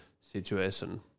situation